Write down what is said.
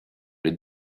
les